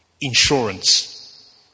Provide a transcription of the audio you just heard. Insurance